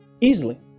easily